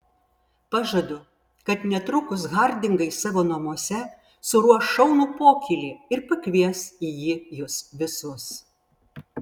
pažadu kad netrukus hardingai savo namuose suruoš šaunų pokylį ir pakvies į jį jus visus